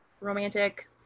romantic